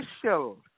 official